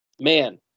Man